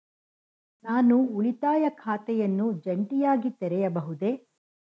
ನಾನು ಉಳಿತಾಯ ಖಾತೆಯನ್ನು ಜಂಟಿಯಾಗಿ ತೆರೆಯಬಹುದೇ?